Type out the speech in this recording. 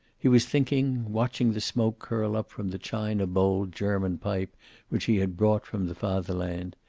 he was thinking, watching the smoke curl up from the china-bowled german pipe which he had brought from the fatherland,